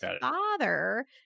father